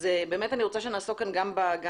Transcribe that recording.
אז באמת אני רוצה שנעסוק כאן גם במהות,